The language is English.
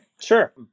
Sure